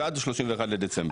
ועד ה- 31 לדצמבר.